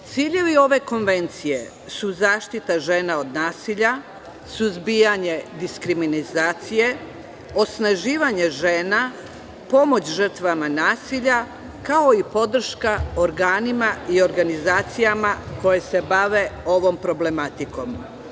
Ciljevi ove konvencije su zaštita žena od nasilja, suzbijanje diskriminacije, osnaživanje žena, pomoć žrtvama nasilja, kao i podrška organima i organizacijama koje se bave ovom problematikom.